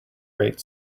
great